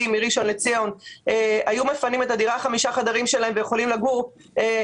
מראשון לציון היו מפנים דירת חמישה החדרים שלהם ויכולים לגור כאן,